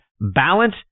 balance